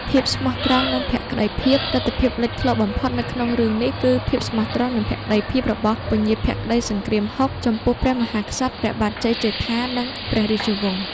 ភាពស្មោះត្រង់ និងភក្តីភាពៈ ទិដ្ឋភាពលេចធ្លោបំផុតនៅក្នុងរឿងនេះ គឺភាពស្មោះត្រង់និងភក្តីភាពរបស់ ពញាភក្តីសង្គ្រាមហុក ចំពោះព្រះមហាក្សត្រ ព្រះបាទជ័យជេដ្ឋា និងព្រះរាជវង្ស។